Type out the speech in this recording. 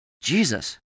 Jesus